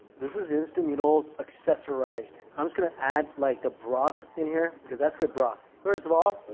this is instant noodles accessorized. i'm just gonna add like the broth in here because that's good broth. first of all.